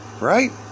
right